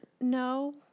no